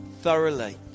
thoroughly